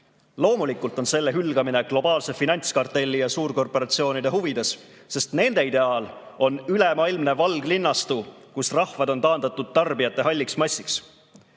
Loomulikult on selle hülgamine globaalse finantskartelli ja suurkorporatsioonide huvides, sest nende ideaal on ülemaailmne valglinnastu, kus rahvad on taandatud tarbijate halliks massiks.